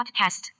podcast